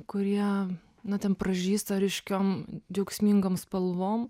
kurie na ten pražysta ryškiom džiaugsmingom spalvom